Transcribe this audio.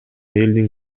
элдин